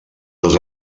dos